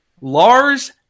Lars